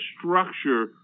structure